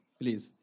please